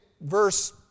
verse